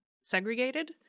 segregated